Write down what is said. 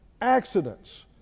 Accidents